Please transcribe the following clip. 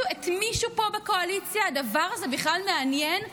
את מישהו פה בקואליציה הדבר הזה בכלל מעניין,